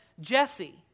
Jesse